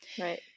Right